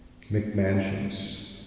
McMansions